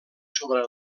sobre